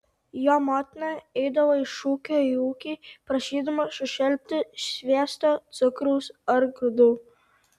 jo motina eidavo iš ūkio į ūkį prašydama sušelpti sviesto cukraus ar grūdų